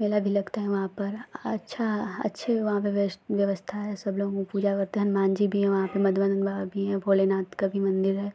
मेला भी लगता है वहाँ पर अच्छी अच्छी वहाँ पर बेस्ट व्यवस्था है सबलोग पूजा करते हैं हनुमान जी भी हैं वहाँ पर माधवानन्द बाबा भी हैं भोलेनाथ का भी मन्दिर है